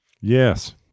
Yes